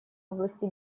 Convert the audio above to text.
области